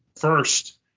First